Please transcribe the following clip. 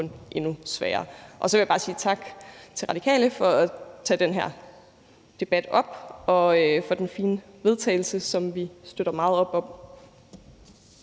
endnu sværere. Så vil jeg bare sige tak til Radikale for at tage den her debat op og for den fine vedtagelsestekst, som vi støtter meget op om.